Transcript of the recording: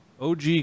OG